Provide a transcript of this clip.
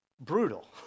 brutal